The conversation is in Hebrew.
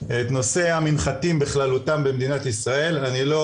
את נושא המנחתים בכללותם במדינת ישראל ואני לא